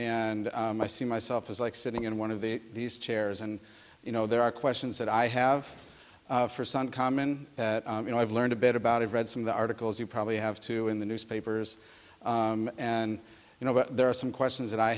and i see myself as like sitting in one of the these chairs and you know there are questions that i have for some common you know i've learned a bit about it read some of the articles you probably have to in the newspapers and you know but there are some questions that i